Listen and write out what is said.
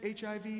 HIV